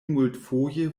multfoje